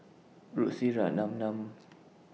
Lucy Ratnammah